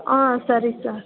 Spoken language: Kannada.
ಹಾಂ ಸರಿ ಸರ್